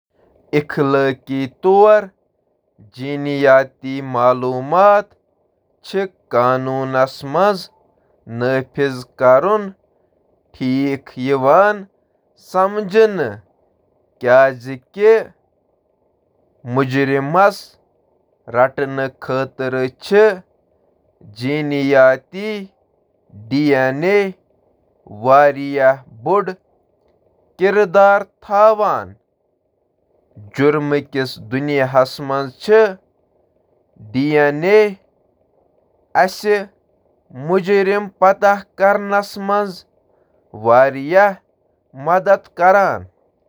قانون نافذ کرن والن منٛز جینیٲتی معلوماتُک استعمال چُھ اخلٲقی خدشات پٲدٕ کران، یتھ منٛز شٲمل: رازداری: جینیٲتی معلوماتُک استعمال ہیکو افرادن تہٕ یمن ہنٛدین رشتہٕ دارن ہنٛز شناخت کرنہٕ خٲطرٕ کٔرتھ۔ باخبر رضامندی، درستگی تہٕ وشوسنییتا۔